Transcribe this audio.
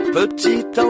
petit